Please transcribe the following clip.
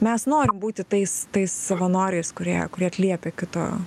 mes norim būti tais tais savanoriais kurie kurie atliepia kito